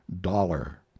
dollar